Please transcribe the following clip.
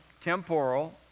temporal